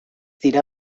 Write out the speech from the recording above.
dira